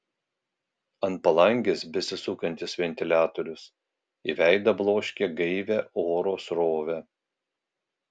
ant palangės besisukantis ventiliatorius į veidą bloškė gaivią oro srovę